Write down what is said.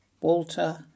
Walter